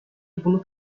bunu